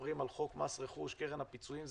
מדברים על חוק מס רכוש וקרן הפיצויים,